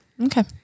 Okay